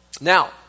Now